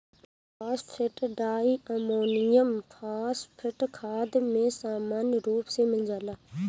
phosphate diammonium phosphate खाद में सामान्य रूप से मिल जाला